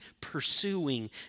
pursuing